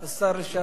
השר לשעבר.